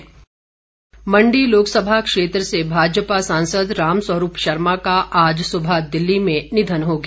रामस्वरूप निधन मण्डी लोकसभा क्षेत्र से भाजपा सांसद रामस्वरूप शर्मा का आज सुबह दिल्ली में निधन हो गया